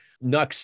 Nux